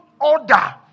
order